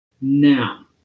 Now